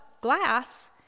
glass